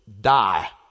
die